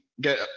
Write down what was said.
get